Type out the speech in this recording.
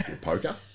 Poker